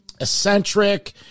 eccentric